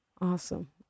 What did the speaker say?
Awesome